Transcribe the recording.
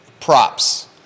props